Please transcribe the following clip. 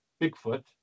Bigfoot